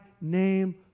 name